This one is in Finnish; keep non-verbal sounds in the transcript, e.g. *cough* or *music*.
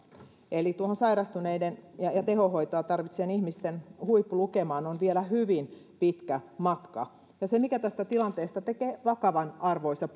eli tuohon sairastuneiden ja ja tehohoitoa tarvitsevien ihmisten huippulukemaan on vielä hyvin pitkä matka se mikä tästä tilanteesta tekee vakavan arvoisa *unintelligible*